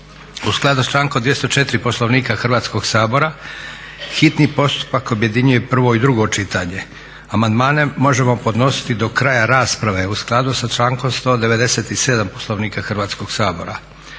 U skladu s člankom 204. Poslovnika Hrvatskog sabora hitni postupak objedinjuje prvo i drugo čitanje. Amandmani se mogu podnositi do kraja rasprave u skladu s člankom 197. Poslovnika Hrvatskog sabora.